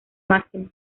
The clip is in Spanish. máximo